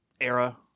era